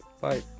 bye